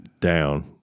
down